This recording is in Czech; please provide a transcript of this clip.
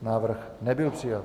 Návrh nebyl přijat.